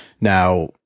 Now